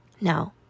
No